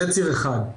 זה ציר אחד.